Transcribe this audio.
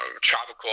tropical